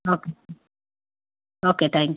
okay okay thank you